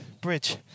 bridge